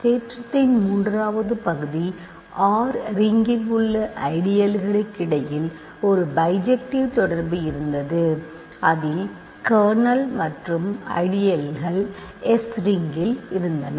தேற்றத்தின் மூன்றாவது பகுதி R ரிங்கில் உள்ள ஐடியளுக்கிடையில் ஒரு பைஜெக்ட்டிவ் தொடர்பு இருந்தது அதில் கர்னல் மற்றும் ஐடியல்கள் S ரிங்கில் உள்ளன